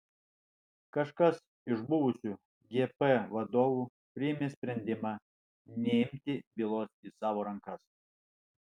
kažkas iš buvusių gp vadovų priėmė sprendimą neimti bylos į savo rankas